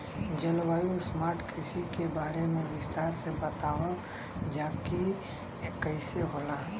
जलवायु स्मार्ट कृषि के बारे में विस्तार से बतावल जाकि कइसे होला?